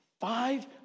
Five